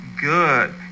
good